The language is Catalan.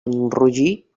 enrogir